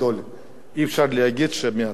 אי-אפשר להגיד שמהתוכנית הזאת,